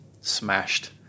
smashed